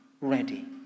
ready